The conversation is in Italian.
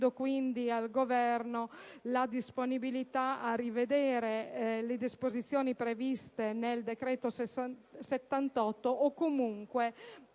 quindi al Governo la disponibilità a rivedere le disposizioni previste nel decreto n. 78 o comunque